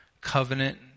covenant